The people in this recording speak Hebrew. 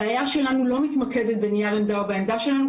הבעיה שלנו לא מתמקדת בנייר עמדה או בעמדה שלנו,